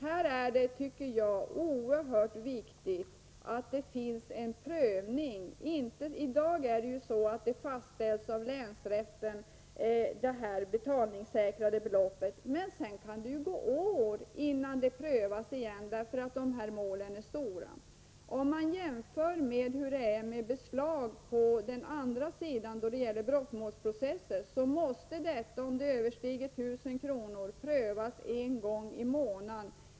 Här är det, tycker jag, oerhört viktigt att det först görs en prövning. I dag fastställs det betalningssäkrade beloppet av länsrätten. Det kan sedan gå år innan målet på nytt prövas därför att sådana mål är stora och tar tid. Man kan jämföra med beslag i samband med brottmålsprocesser. Då måste beslaget, om det överstiger 1 000 kr., prövas en gång i månaden.